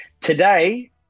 Today